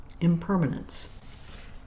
impermanence